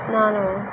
ನಾನು